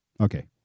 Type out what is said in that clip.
Okay